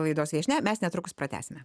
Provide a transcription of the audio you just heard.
laidos viešnia mes netrukus pratęsime